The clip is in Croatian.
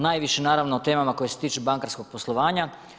Najviše naravno o temama koje se tiču bankarskog poslovanja.